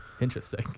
Interesting